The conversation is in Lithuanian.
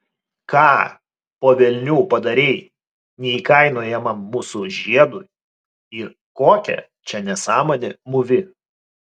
ką po velnių padarei neįkainojamam mūsų žiedui ir kokią čia nesąmonę mūvi